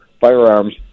Firearms